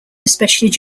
especially